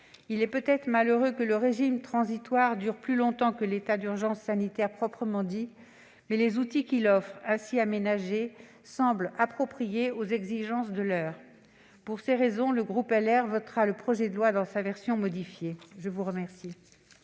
Il est peut-être malheureux que le régime transitoire dure plus longtemps que l'état d'urgence sanitaire proprement dit, mais les outils qu'il offre, ainsi aménagés, semblent appropriés aux exigences de l'heure. Pour ces raisons, le groupe Les Républicains votera le projet de loi dans sa version modifiée. La parole